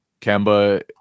Kemba